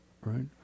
Right